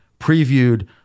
previewed